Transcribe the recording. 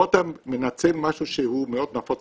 פה אתה מנצל משהו שהוא מאוד נפוץ